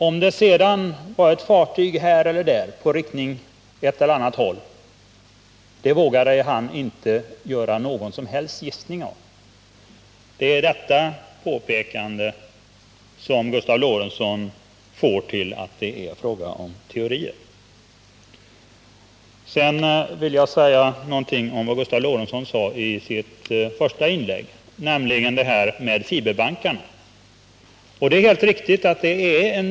Om det sedan var ett fartyg här eller där på väg åt ett eller annat håll vågade han inte framföra några som helst gissningar om. Det är detta påpekande som Gustav Lorentzon får till att det är fråga om teorier. Sedan vill jag säga någonting om vad Gustav Lorentzon tog uppi sitt första inlägg, nämligen fiberbankarna. Det är helt riktigt att detta är en.